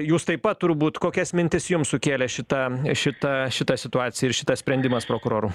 jūs taip pat turbūt kokias mintis jums sukėlė šita šita šita situacija ir šitas sprendimas prokurorų